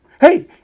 Hey